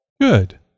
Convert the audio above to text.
Good